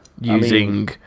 using